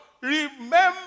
remember